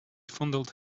fondled